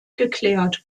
geklärt